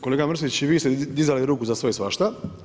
Kolega Mrsić i vi ste dizali ruku za sve i svašta.